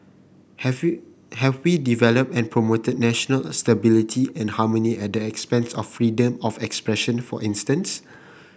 have we have we developed and promoted national stability and harmony at the expense of freedom of expression for instance